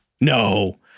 No